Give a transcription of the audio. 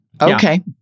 Okay